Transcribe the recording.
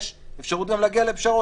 לכן יש אפשרות להגיע לפשרות.